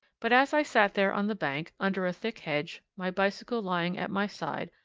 but as i sat there on the bank, under a thick hedge, my bicycle lying at my side,